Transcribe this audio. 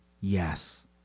Yes